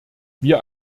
wir